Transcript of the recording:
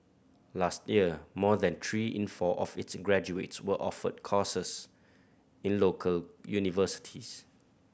last year more than three in four of its graduates were offered courses in local universities